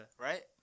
right